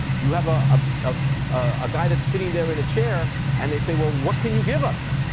you have ah ah ah a guy that's sitting there in a chair and they say, well, what can you give us?